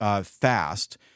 fast